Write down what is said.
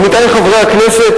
עמיתי חברי הכנסת,